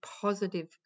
positive